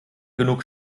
genug